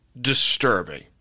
disturbing